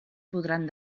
podran